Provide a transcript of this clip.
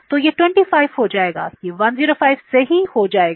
तो यह 25 हो जाएगा यह 105 सही हो जाएगा